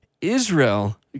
Israel